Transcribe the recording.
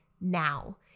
now